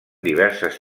diverses